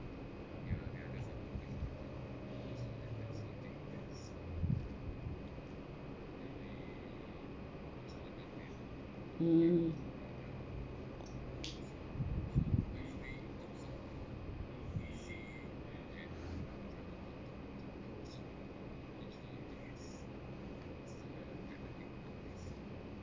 mm